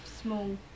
small